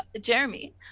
jeremy